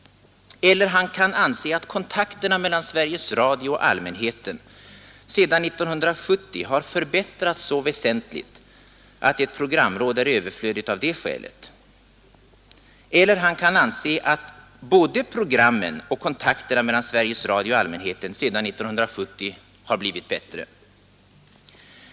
Eller han kan anse att kontakterna mellan Sveriges Radio och allmänheten sedan 1970 har förbättrats så väsentligt att ett programråd är överflödigt av det skälet. Eller han kan anse att både programmen och kontakterna mellan Sveriges Radio och allmänheten sedan 1970 har blivit bättre.